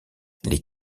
les